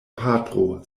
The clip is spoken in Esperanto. patro